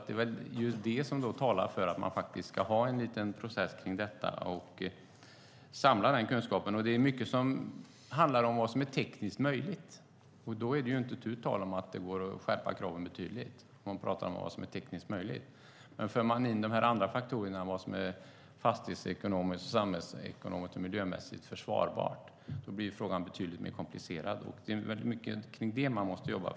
Det är väl just det som talar för att man faktiskt ska ha en liten process kring detta och samla den kunskapen. Det är mycket som handlar om vad som är tekniskt möjligt. Det är inte tu tal om att det går att skärpa kraven betydligt när man pratar om vad som är tekniskt möjligt. Men för man in de andra faktorerna, vad som är fastighetsekonomiskt, samhällsekonomiskt och miljömässigt försvarbart, blir frågan betydligt mer komplicerad. Och det är mycket kring det man måste jobba.